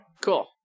Cool